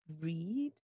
read